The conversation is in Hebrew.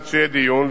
כדי שיהיה דיון,